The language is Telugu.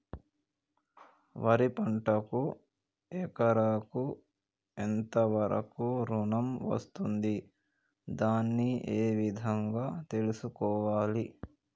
వరి పంటకు ఎకరాకు ఎంత వరకు ఋణం వస్తుంది దాన్ని ఏ విధంగా తెలుసుకోవాలి?